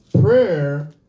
Prayer